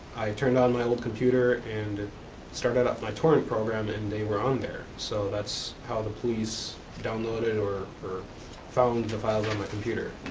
turned on my old computer and started up my torrent program and they were on there. so that's how the police downloaded or or found the files on my computer.